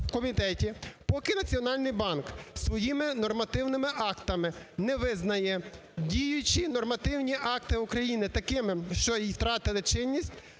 поки Національний банк своїми нормативними актами не визнає діючі нормативні акти України такими, що втратили чинність,